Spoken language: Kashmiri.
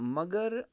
مگر